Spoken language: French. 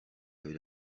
avez